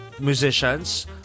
musicians